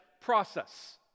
process